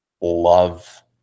love